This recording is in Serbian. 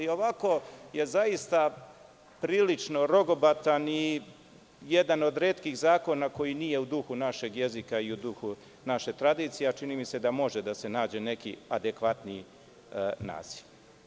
Ovako je prilično rogobatan i jedan od retkih zakona koji nije u duhu našeg jezika i u duhu naše tradicije, a čini mi se da može da se nađe neki adekvatniji naziv.